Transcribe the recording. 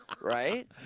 right